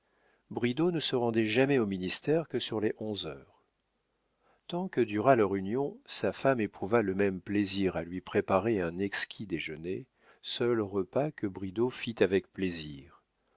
bridau ne se rendait jamais au ministère que sur les onze heures tant que dura leur union sa femme éprouva le même plaisir à lui préparer un exquis déjeuner seul repas que bridau fît avec plaisir